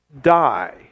die